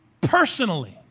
personally